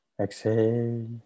Exhale